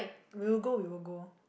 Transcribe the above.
we will go we will go